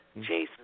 Jason